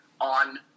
on